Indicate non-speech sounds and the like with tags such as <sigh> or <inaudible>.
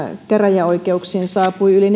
käräjäoikeuksiin saapui yli <unintelligible>